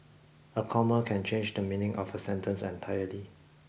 a comma can change the meaning of a sentence entirely